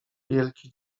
wielki